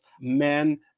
men